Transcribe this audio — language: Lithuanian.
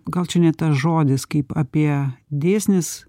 gal čia ne tas žodis kaip apie dėsnis